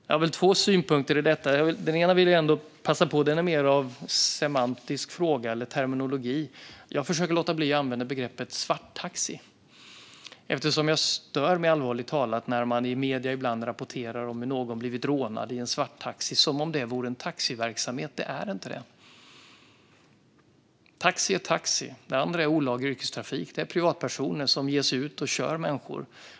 Jag har två synpunkter i detta, den ena mer en fråga om semantik eller terminologi. Jag försöker låta bli att använda begreppet "svarttaxi". Allvarligt talat stör jag mig på att man i medier ibland rapporterar om hur någon blivit rånad i en svarttaxi, som om det vore en taxiverksamhet. Det är det inte. Taxi är taxi. Det andra är olaglig yrkestrafik. Det är privatpersoner som ger sig ut och kör människor.